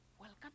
welcome